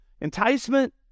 Enticement